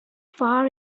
far